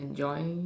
enjoy